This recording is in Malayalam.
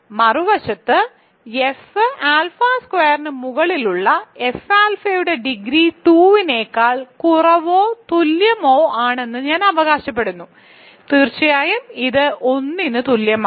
മറുവശത്ത് എഫ് ആൽഫ സ്ക്വയറിനു മുകളിലുള്ള എഫ് ആൽഫയുടെ ഡിഗ്രി 2 നേക്കാൾ കുറവോ തുല്യമോ ആണെന്ന് ഞാൻ അവകാശപ്പെടുന്നു തീർച്ചയായും ഇത് 1 ന് തുല്യമാണ്